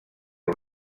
per